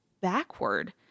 backward